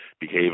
behave